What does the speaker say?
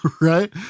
right